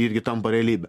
irgi tampa realybe